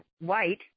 white